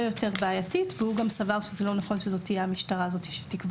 יותר בעייתית והוא גם סבר שזה לא נכון שזאת תהיה המשטרה שתקבע.